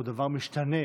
דבר משתנה,